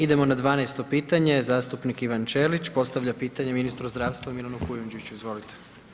Idemo na 12. pitanje zastupnik Ivan Ćelič, postavlja pitanje ministru zdravstva Milanu Kujundžiću, izvolite.